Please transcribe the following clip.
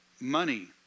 money